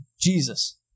Jesus